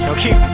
Okay